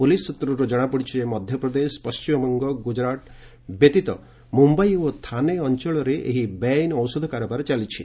police ସ୍ୱତ୍ରରୁ ଜଣାପଡ଼ିଛି ଯେ ମଧ୍ୟପ୍ରଦେଶ ପଶ୍ଚିମବଙ୍ଗ ଗୁଜରାଟ ବ୍ୟତୀତ ମୁମ୍ଭାଇ ଓ ଥାନେ ଅଞ୍ଚଳରେ ଏହି ବେଆଇନ ଔଷଧ କାରବାର ଚାଲିଛି